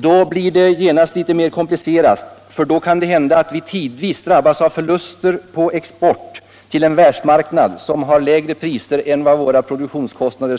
Då blir det genast litet mer komplicerat, för då kan det hända att vi tidvis drabbas av förluster på export till en världsmarknad med lägre priser än våra produktionskostnader,